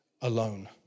alone